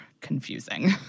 confusing